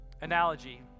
analogy